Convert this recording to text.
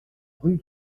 rue